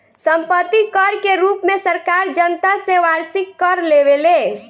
सम्पत्ति कर के रूप में सरकार जनता से वार्षिक कर लेवेले